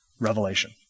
revelation